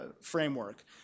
framework